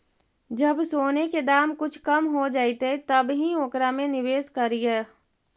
जब सोने के दाम कुछ कम हो जइतइ तब ही ओकरा में निवेश करियह